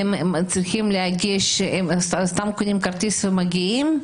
הם סתם קונים כרטיס ומגיעים?